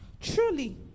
Truly